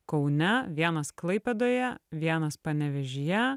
kaune vienas klaipėdoje vienas panevėžyje